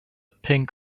pink